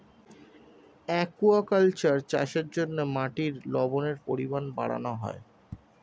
aquaculture চাষের জন্য মাটির লবণের পরিমাণ বাড়ানো হয়